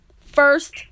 First